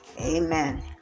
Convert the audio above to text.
Amen